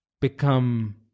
become